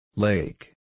Lake